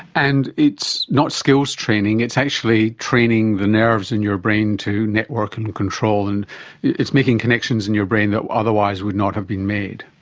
and it's not skills training, it's actually training the nerves in your brain to network and control, and it's making connections in your brain that otherwise would not have been made.